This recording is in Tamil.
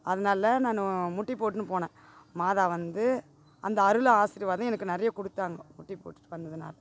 அதனால நானு முட்டி போட்டுன்னு போனேன் மாதா வந்து அந்த அருள் ஆசிர்வாதம் எனக்கு நிறைய கொடுத்தாங்க முட்டி போட்டுட்டு வந்ததுனால்